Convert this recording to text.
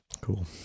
Cool